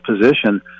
position